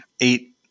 eight